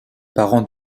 parents